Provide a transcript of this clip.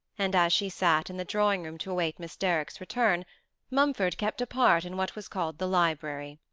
and she sat in the drawing-room to await miss derrick's return mumford kept apart in what was called the library.